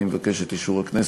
אני מבקש את אישור הכנסת